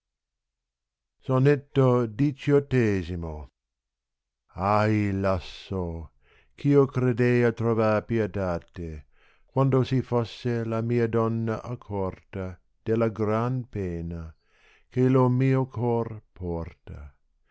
sonetto xviii a hi lasso oh io credea trovar pietate quando si fosse la mia donna accorta della gran pena che lo mio cor porta